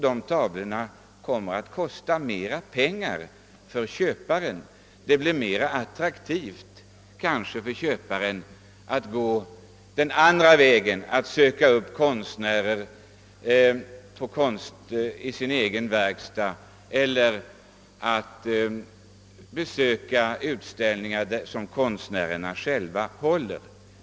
Köparen kommer då att få betala ett högre pris för dem och det blir kanske mer attraktivt för honom att i stället söka upp konstnärer i deras egen verkstad eller att besöka utställningar som konstnärerna själva håller.